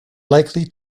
likely